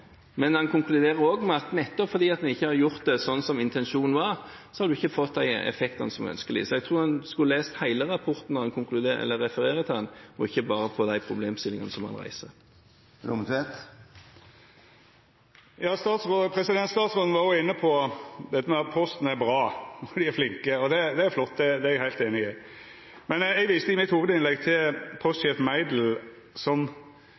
men den konkluderer også med at nettopp fordi en ikke har gjort det slik intensjonen var, har vi ikke fått de effektene som var ønskelige. Så jeg tror en skulle lest hele rapporten når en refererer til den, og ikke bare vist til de problemstillingene den reiser. Statsråden var òg inne på at Posten er bra, og at dei er flinke. Det er flott – det er eg heilt einig i. Eg viste i mitt hovudinnlegg til postsjef